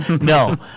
No